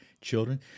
children